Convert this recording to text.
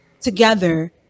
together